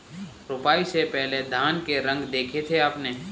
रोपाई से पहले धान के रंग देखे थे आपने?